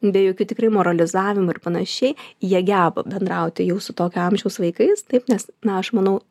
be jokių tikrai moralizavimų ir panašiai jie geba bendrauti jau su tokio amžiaus vaikais taip nes na aš manau